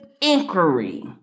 inquiry